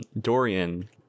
Dorian